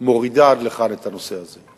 מורידה עד לכאן את הנושא הזה.